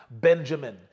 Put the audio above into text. Benjamin